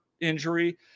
injury